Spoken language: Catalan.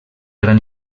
gran